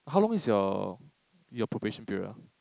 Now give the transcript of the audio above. how long is your your probation period ah